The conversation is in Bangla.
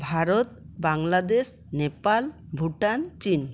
ভারত বাংলাদেশ নেপাল ভুটান চীন